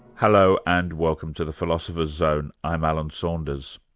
hello, and welcome to the philosopher's zone. i'm alan saunders.